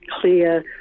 clear